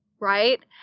right